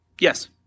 Yes